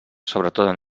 sobretot